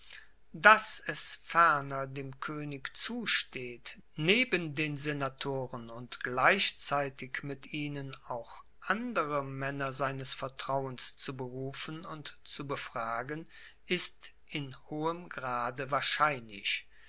dass es ferner dem koenig zusteht neben den senatoren und gleichzeitig mit ihnen auch andere maenner seines vertrauens zu berufen und zu befragen ist in hohem grade wahrscheinlich